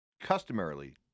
customarily